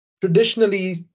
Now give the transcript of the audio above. Traditionally